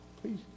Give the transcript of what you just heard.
please